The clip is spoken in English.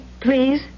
please